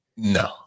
No